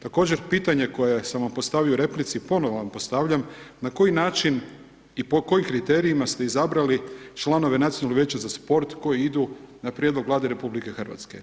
Također pitanje koje sam vam postavio u replici, ponovo vam postavljam, na koji način i po kojim kriterijima ste izabrali članove Nacionalnog vijeća za sport, koji idu na prijedlog Vlade RH.